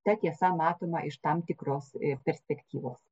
ta tiesa matoma iš tam tikros perspektyvos